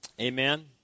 Amen